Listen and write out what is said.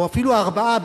או אפילו ארבעה,